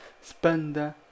Spend